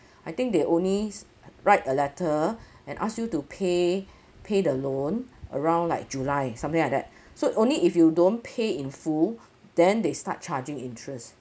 I think they only write a letter and ask you to pay pay the loan around like july something like that so only if you don't pay in full then they start charging interest